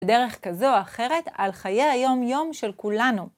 בדרך כזו או אחרת על חיי היום-יום של כולנו.